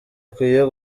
ukwiye